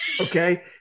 Okay